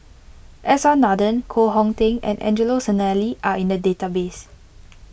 S R Nathan Koh Hong Teng and Angelo Sanelli are in the database